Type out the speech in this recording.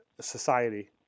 society